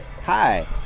Hi